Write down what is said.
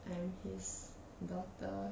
I'm his daughter